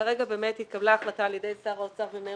כרגע באמת התקבלה החלטה על ידי שר האוצר ומנהל